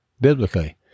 biblically